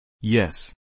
Yes